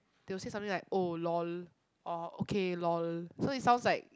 they'll say something like oh lol or okay lol so it sounds like